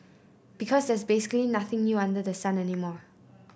because there's basically nothing new under the sun anymore